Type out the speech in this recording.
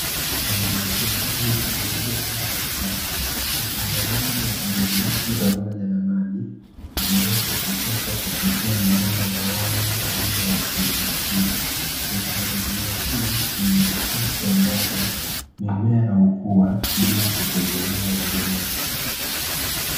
Haidroponi hii ni teknolojia inayohusisha uchanganyaji wa virutubishi pamoja na maji vinavyopitishwa kupitia mabomba maalumu aina ya (PVC), teknolojia hii ni mahususi ambapo mimea hukua bila kutegemea udongo.